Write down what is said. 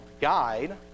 guide